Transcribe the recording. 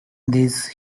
these